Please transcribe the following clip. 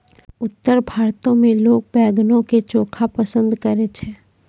उत्तर भारतो मे लोक बैंगनो के चोखा पसंद करै छै